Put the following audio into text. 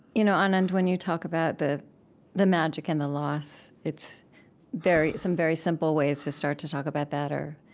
you know anand, when you talk about the the magic and the loss, it's some very simple ways to start to talk about that are